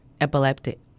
epileptic